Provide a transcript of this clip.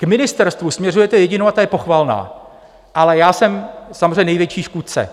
K ministerstvu směřujete jedinou a ta je pochvalná, ale já jsem samozřejmě největší škůdce.